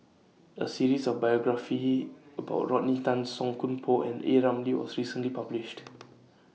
A series of biographies about Rodney Tan Song Koon Poh and A Ramli was recently published